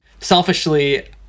selfishly